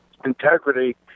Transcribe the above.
integrity